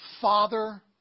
father